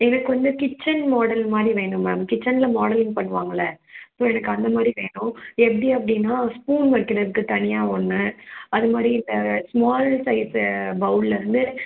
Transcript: இல்லை கொஞ்சம் kitchen model மாதிரி வேணும் மேம் கிட்சன்ல மாடலிங் பண்ணுவாங்கள்ல ஸோ எனக்கு அந்த மாதிரி வேணும் எப்படி அப்படின்னா ஸ்பூன் வைக்கிறதுக்கு தனியாக ஒன்று அதமாதிரி இப்போ ஸ்மால் சைஸு பவுல்ல இருந்து